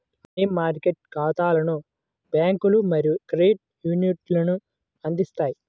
money market ఖాతాలను బ్యాంకులు మరియు క్రెడిట్ యూనియన్లు అందిస్తాయి